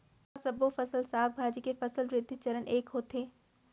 का सबो फसल, साग भाजी के फसल वृद्धि चरण ऐके होथे?